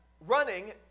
running